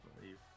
believe